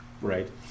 Right